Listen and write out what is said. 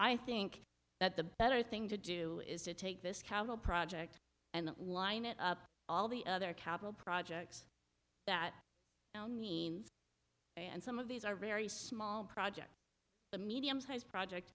i think that the better thing to do is to take this council project and line it up all the other capital projects that and some of these are very small projects the medium sized project